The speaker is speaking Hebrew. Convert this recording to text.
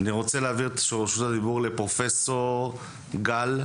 אני רוצה להעביר את רשות הדיבור לפרופ' גל.